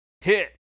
hit